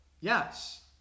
Yes